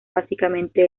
básicamente